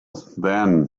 then